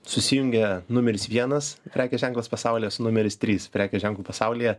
susijungia numeris vienas prekės ženklas pasaulyje su numeris trys prekės ženklu pasaulyje